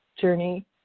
journey